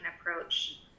approach